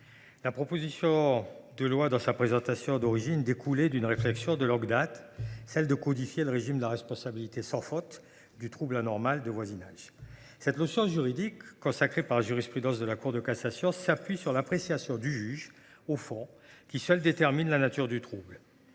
la proposition de loi, dans sa rédaction d’origine, découlait d’une réflexion de longue date autour de la codification du régime de la responsabilité sans faute du fait de troubles anormaux de voisinage. Cette notion juridique, consacrée par la jurisprudence de la Cour de cassation, repose sur l’appréciation du juge du fond, qui seul détermine la nature du trouble.